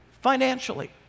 financially